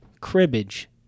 cribbage